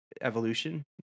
evolution